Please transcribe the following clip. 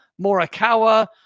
Morikawa